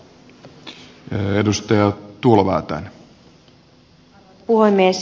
arvoisa puhemies